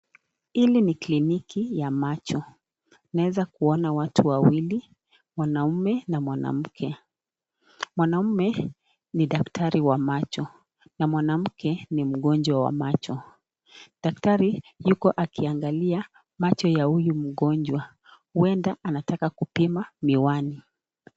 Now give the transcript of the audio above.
Hili ni kliniki ya macho. Naeza kuona watu wawili, mwanaume na mwanamke. Mwanaume ni daktari wa macho na mwanamke ni mgonjwa wa macho. Daktari yuko akiangalia macho ya huyu mgonjwa, huenda anataka kulima miwani.